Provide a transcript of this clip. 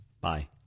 Bye